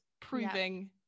proving